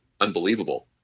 unbelievable